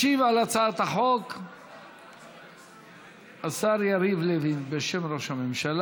ישיב על הצעת החוק השר יריב לוין, בשם ראש הממשלה.